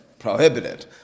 Prohibited